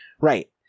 Right